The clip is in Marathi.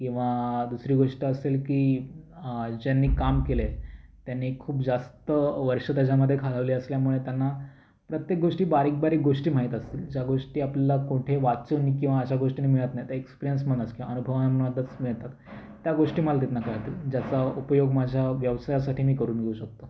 किंवा दुसरी गोष्ट असेल की ज्यांनी काम केलं आहे त्यांनी खूप जास्त वर्ष त्याच्यामध्ये घालवली असल्यामुळे त्यांना प्रत्येक गोष्टी बारीक बारीक गोष्टी माहीत असतात ज्या गोष्टी आपल्याला कोठे वाचून किंवा अशा गोष्टीनी मिळत नाही त्या एक्सपिरियंस मनच किंवा अनुभवांमधूनच मिळतात त्या गोष्टी मला तिथून कळतील ज्याचा उपयोग माझ्या व्यवसायासाठी मी करून घेऊ शकतो